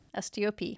STOP